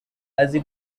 azi